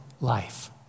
life